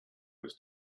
was